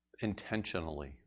intentionally